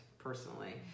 personally